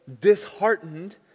disheartened